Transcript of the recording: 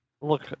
Look